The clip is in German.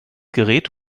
gerät